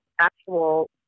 actual